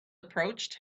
approached